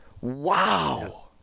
Wow